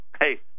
Hey